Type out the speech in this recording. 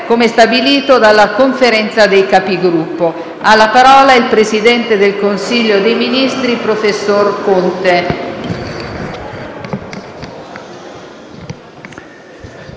come stabilito dalla Conferenza dei Capigruppo. Ha facoltà di parlare il presidente del Consiglio dei ministri, professor Conte.